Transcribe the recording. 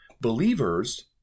Believers